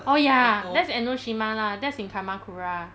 oh ya that's enoshima lah that's in kamakura